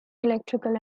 electrical